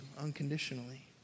unconditionally